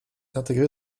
intégré